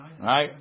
right